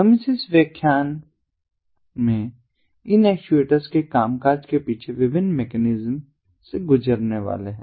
हम इस विशेष व्याख्यान में इन एक्चुएटर्स के कामकाज के पीछे विभिन्न मैकेनिज्म से गुजरने वाले हैं